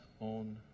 own